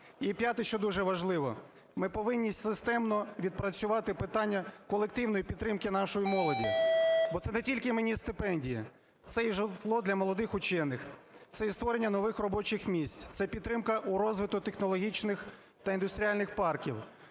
І п'яте, що дуже важливо. Ми повинні системно відпрацювати питання колективної підтримки нашої молоді. Бо це не тільки іменні стипендії, це і житло для молодих учених, це і створення нових робочих місць, це підтримка у розвиток технологічних та індустріальних парків,